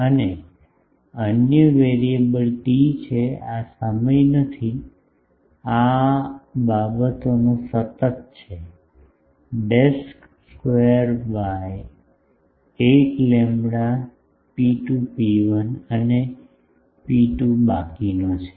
અને અન્ય variable T છે આ સમય નથી આ આ બાબતોનો સતત છે ડેસ્ડ સ્કેવેર બાય 8 લેમ્બડા ρ2 ρ1 અને ρ2 બાકીનો છે